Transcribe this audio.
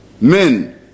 Men